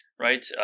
right